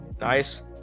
nice